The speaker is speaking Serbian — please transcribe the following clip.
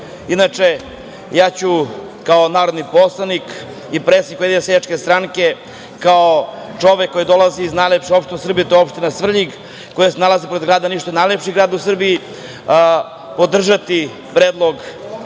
govore. Inače, ja ću kao narodni poslanik i predsednik Ujedinjene seljačke stranke, kao čovek koji dolazi iz najlepše opštine u Srbiji, to je opština Svrljig koja se nalazi pored grada Niša, to je najlepši grad u Srbiji, podržati predlog